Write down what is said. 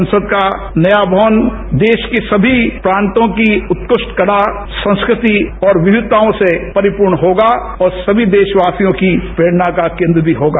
संसद का नया भवन देश की सभी प्रांतों की उत्कृष्ट कला संस्कृति और विविताओं से परिपूर्ण होगा और सभी देशवासियोंकी प्रेरणा का केंद्र भी होगा